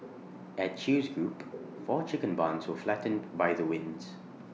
at chew's group four chicken barns were flattened by the winds